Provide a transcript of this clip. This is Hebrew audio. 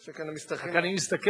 רק אני מסתכל,